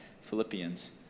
Philippians